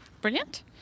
brilliant